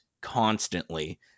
constantly